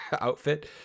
outfit